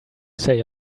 say